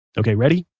ok ready,